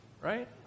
right